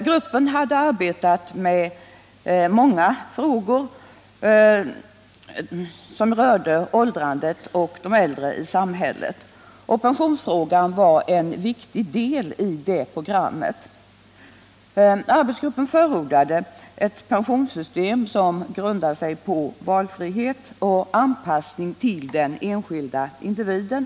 Gruppen hade sysslat med många frågor som rörde åldrandet och de äldre i samhället. Pensionsfrågan var en viktig del av detta program. Arbetsgruppen förordade ett pensionssystem, som grundar sig på valfrihet och anpassning till den enskilda individen.